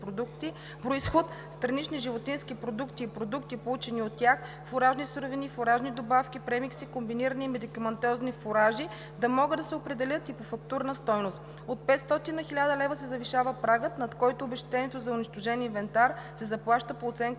произход, странични животински продукти и продукти, получени от тях, фуражни суровини, фуражни добавки, премикси, комбинирани и медикаментозни фуражи да могат да се определят и по фактурна стойност. От 500 на 1000 лв. се повишава прагът, над който обезщетението за унищожен инвентар се заплаща по оценка